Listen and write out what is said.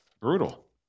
Brutal